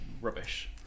rubbish